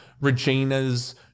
Regina's